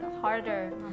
harder